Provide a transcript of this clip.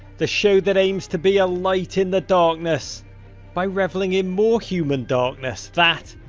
the show that aims to be a light in the darkness by reveling in more human darkness, that,